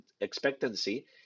expectancy